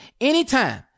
anytime